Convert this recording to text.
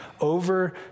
over